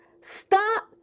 stop